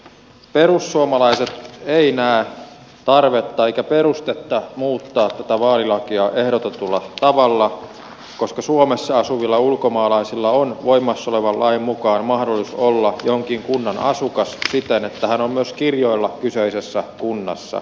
perussuomalaiset ei näe tarvetta eikä perustetta muuttaa tätä vaalilakia ehdotetulla tavalla koska suomessa asuvalla ulkomaalaisella on voimassa olevan lain mukaan mahdollisuus olla jonkin kunnan asukas siten että hän on myös kirjoilla kyseisessä kunnassa